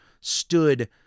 stood